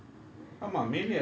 and